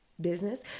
business